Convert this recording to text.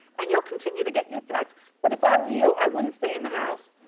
and you'll continue to get your threats but if i were you, i wouldn't stay in the house.